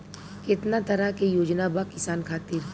केतना तरह के योजना बा किसान खातिर?